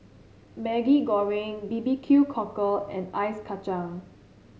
Maggi Goreng bbq cockle and Ice Kacang